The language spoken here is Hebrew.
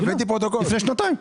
לפני שנתיים.